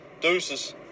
Deuces